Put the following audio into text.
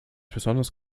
besonders